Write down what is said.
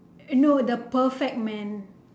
no the perfect man